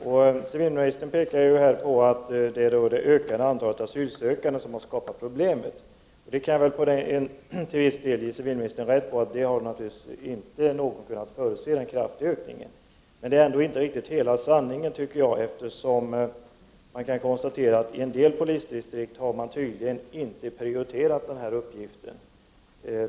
Civilministern framhåller att det är det ökade antalet asylsökande som skapat problemen. Jag kan hålla med civilministern om att ingen kunnat förutse att ökningen skulle bli så kraftig. Men detta är ändå inte riktigt hela sanningen, eftersom en del polisdistrikt tydligen inte prioriterat denna uppgift.